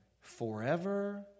forever